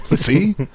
See